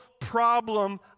problem